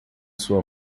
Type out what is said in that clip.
sua